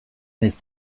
naiz